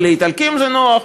ולאיטלקים זה נוח.